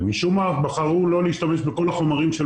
משום מה בחרו לא להשתמש בכל החומרים של